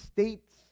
States